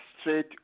straight